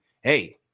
hey